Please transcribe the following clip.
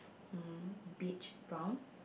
um beach brown